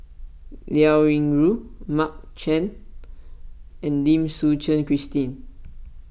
Liao Yingru Mark Chan and Lim Suchen Christine